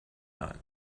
not